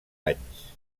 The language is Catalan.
anys